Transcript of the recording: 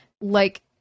like-